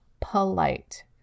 polite